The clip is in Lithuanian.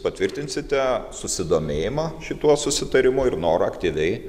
patvirtinsite susidomėjimą šituo susitarimu ir norą aktyviai